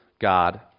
God